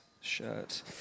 shirt